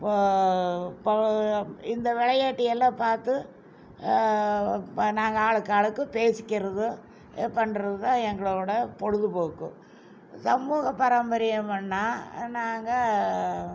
இந்த விளையாட்டை எல்லாம் பார்த்து நாங்கள் ஆளுக்காளுக்கு பேசிக்கிறதும் பண்ணுறதும் தான் எங்களோடய பொழுதுபோக்கு சமூக பாரம்பரியமுனால் நாங்கள்